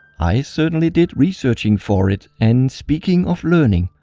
i certainly did researching for it. and speaking of learning,